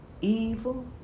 evil